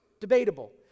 debatable